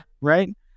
right